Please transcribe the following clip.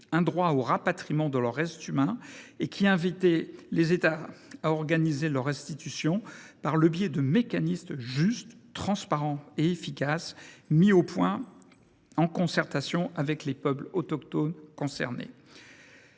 un droit au rapatriement de leurs restes humains » et qui invitait les États à organiser leurs restitutions « par le biais de mécanismes justes, transparents et efficaces mis au point en concertation avec les peuples autochtones concernés.